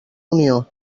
unió